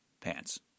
pants